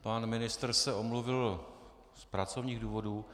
Pan ministr se omluvil z pracovních důvodů?